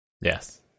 Yes